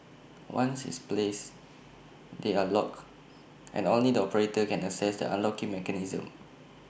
once is place they are locked and only the operator can access the unlocking mechanism